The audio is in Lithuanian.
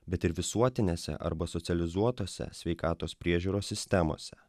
bet ir visuotinėse arba socializuotose sveikatos priežiūros sistemose